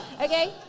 Okay